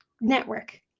network